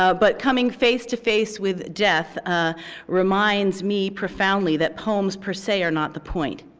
ah but coming face to face with death reminds me profoundly that poems per se are not the point.